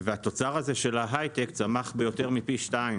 התוצר הזה של ההייטק צמח ביותר מפי שניים